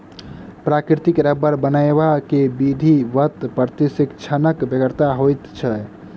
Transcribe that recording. प्राकृतिक रबर बनयबा मे विधिवत प्रशिक्षणक बेगरता होइत छै